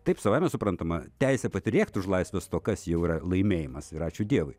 taip savaime suprantama teisė pati rėkt už laisvės stokas jau yra laimėjimas ir ačiū dievui